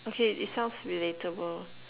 okay it sounds relatable